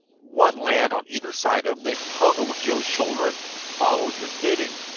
one lad on either side of him, they hung over joe's shoulder and followed his bidding.